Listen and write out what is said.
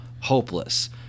hopeless